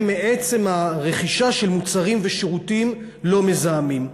מעצם הרכישה של מוצרים ושירותים לא מזהמים.